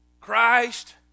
Christ